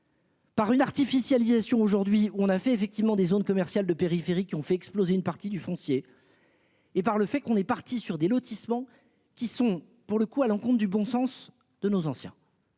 Par une artificialisation aujourd'hui on a fait effectivement des zones commerciales de périphérie qui ont fait exploser une partie du foncier. Et par le fait qu'on est parti sur des lotissements qui sont pour le coup, elle en compte du bon sens de nos anciens.